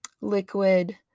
liquid